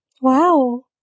Wow